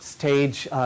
Stage